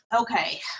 Okay